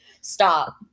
Stop